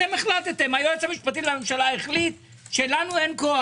היועץ המשפטי לממשלה החליט שלנו אין כוח.